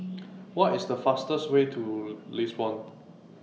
What IS The fastest Way to Lisbon